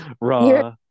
raw